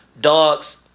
dogs